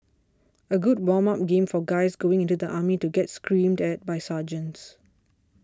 a good warm up game for guys going into the army to get screamed at by sergeants